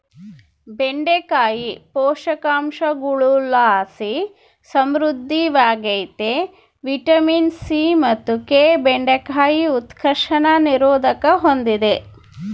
ಬೆಂಡೆಕಾಯಿ ಪೋಷಕಾಂಶಗುಳುಲಾಸಿ ಸಮೃದ್ಧವಾಗ್ಯತೆ ವಿಟಮಿನ್ ಸಿ ಮತ್ತು ಕೆ ಬೆಂಡೆಕಾಯಿ ಉತ್ಕರ್ಷಣ ನಿರೋಧಕ ಹೂಂದಿದೆ